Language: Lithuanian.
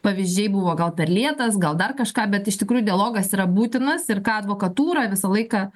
pavyzdžiai buvo gal per lėtas gal dar kažką bet iš tikrųjų dialogas yra būtinas ir ką advokatūra visą laiką